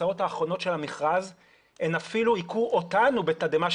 התוצאות האחרונות של המכרז אפילו אותנו היכו בתדהמה.